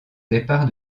départ